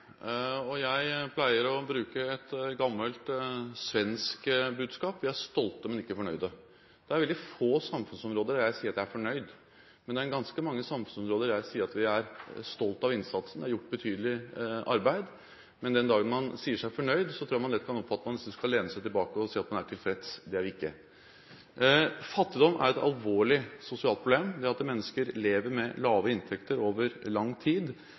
Jeg pleier å bruke et gammelt svensk budskap: Vi er stolte, men ikke fornøyde. Det er veldig få samfunnsområder der jeg sier at jeg er fornøyd, men det er ganske mange samfunnsområder der jeg sier at vi er stolte av innsatsen og har gjort betydelig arbeid. Men den dagen man sier seg fornøyd, tror jeg man lett kan oppfatte at man kan lene seg tilbake og si at man er tilfreds. Det er vi ikke. Fattigdom er et alvorlig sosialt problem – det at mennesker lever med lave inntekter over lang tid.